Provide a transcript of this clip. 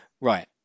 Right